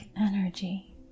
energy